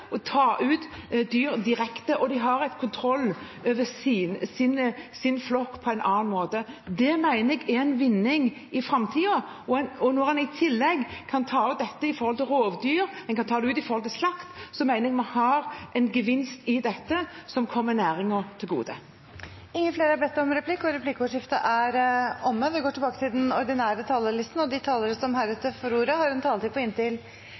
kan ta ut simler, de kan se kalver, de kan følge dyrene på en helt annen måte og ta ut dyr direkte. De har kontroll over sin flokk på en annen måte. Det mener jeg er en vinning i framtiden. Når en i tillegg kan bruke dette når det gjelder rovdyr, og når det gjelder slakt, mener jeg vi har en gevinst i dette som kommer næringen til gode. Replikkordskiftet er omme. De talere som heretter får ordet, har også en taletid på inntil